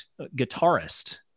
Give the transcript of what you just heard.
guitarist